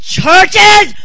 churches